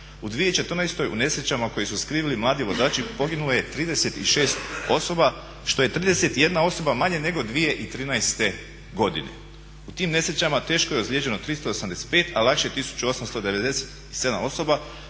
U 2014. u nesrećama koje su skrivili mladi vozači poginulo je 36 osoba što je 31 osoba manje nego 2013. godine. U tim nesrećama teško je ozlijeđeno 385, a lakše 1897 osoba